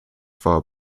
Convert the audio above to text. far